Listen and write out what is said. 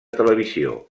televisió